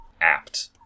apt